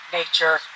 nature